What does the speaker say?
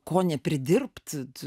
ko nepridirbt